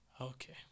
Okay